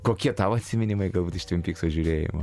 kokie tau atsiminimai galbūt iš tvin pykso žiūrėjimo